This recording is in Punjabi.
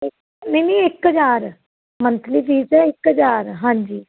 ਨਹੀਂ ਨਹੀਂ ਇੱਕ ਹਜ਼ਾਰ ਮੰਨਥਲੀ ਫੀਸ ਇੱਕ ਹਜ਼ਾਰ ਹਾਂਜੀ